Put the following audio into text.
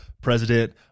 President